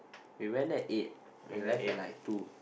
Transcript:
we went at eight we left at like two